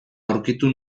aurkitu